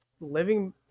Living